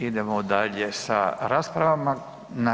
Idemo dalje sa raspravama.